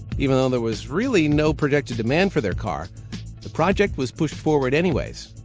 even though there was reallly no projected demand for their car the project was pushed forward anyway.